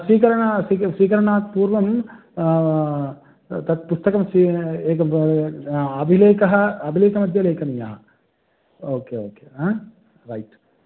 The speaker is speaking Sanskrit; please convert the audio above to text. स्वीकरणा स्विक स्वीकरणात् पूर्वं तत् पुस्तकं स्वी एक ब अभिलेखः अभिलेखमध्ये लेखनीयः ओके ओके हा रैट्